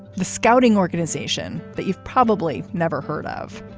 the scouting organization that you've probably never heard of,